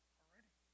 already